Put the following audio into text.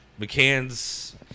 McCann's